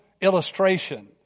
illustration